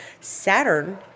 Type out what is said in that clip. Saturn